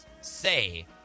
say